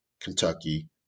Kentucky